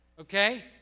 Okay